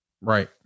Right